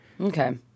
Okay